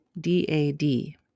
D-A-D